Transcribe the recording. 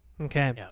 Okay